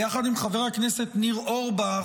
ביחד עם חבר הכנסת ניר אורבך.